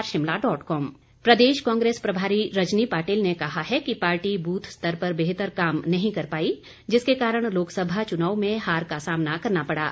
कांग्रेस प्रदेश कांग्रेस प्रभारी रजनी पाटिल ने कहा है कि पार्टी बूथ स्तर पर बेहतर काम नहीं कर पाई जिसके कारण लोकसभा चुनाव में हार का सामना करना पड़ा